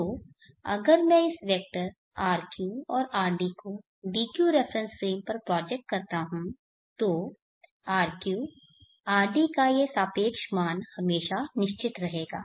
तो अगर मैं इस वेक्टर rq और rd को dq रेफरेन्स फ्रेम पर प्रोजेक्ट करता हूंतो rq rd का यह सापेक्ष मान हमेशा निश्चित रहेगा